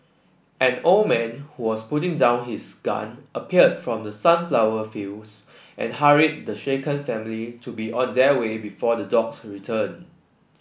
an old man who was putting down his gun appeared from the sunflower fields and hurried the shaken family to be on their way before the dogs return